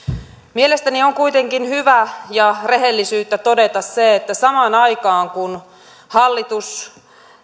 mielestäni on on kuitenkin hyvä ja rehellisyyttä todeta se että samaan aikaan kun hallitus